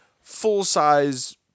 full-size